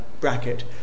bracket